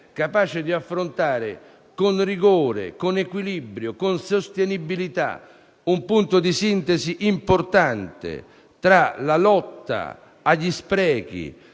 capace di affrontare con rigore, equilibrio e sostenibilità un punto di sintesi importante tra la lotta agli sprechi,